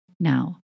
Now